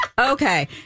Okay